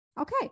Okay